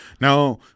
Now